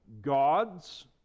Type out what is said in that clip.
gods